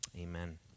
amen